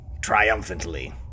triumphantly